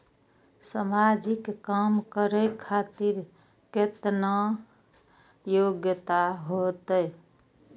समाजिक काम करें खातिर केतना योग्यता होते?